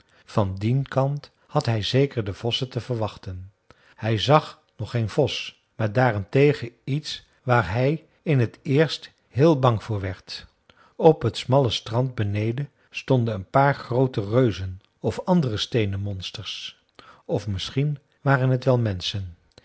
van dien kant had hij zeker de vossen te verwachten hij zag nog geen vos maar daarentegen iets waar hij in t eerst heel bang voor werd op het smalle strand beneden stonden een paar groote reuzen of andere steenen monsters of misschien waren het wel menschen